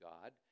God